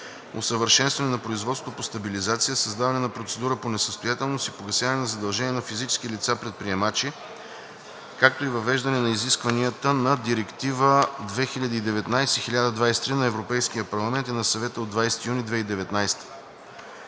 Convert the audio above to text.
усъвършенстване на производството по стабилизация, създаване на процедура по несъстоятелност и погасяване на задължения на физически лица – предприемачи, както и въвеждане на изискванията на Директива (EC) 2019/1023 на Европейския парламент и на Съвета от 20 юни 2019